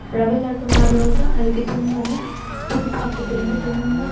ರವೆ ಲಡ್ಡು ಮಾಡುವಾಗ ಅದಕ್ಕೆ ತುಂಬನೇ ತುಪ್ಪ ಹಾಕೋದ್ರಿಂದ ತುಂಬ